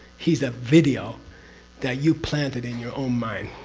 he's a video that you planted in your own mind.